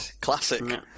classic